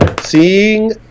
Seeing